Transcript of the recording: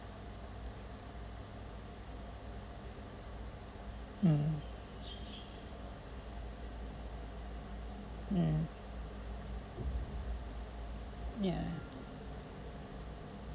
mm mm ya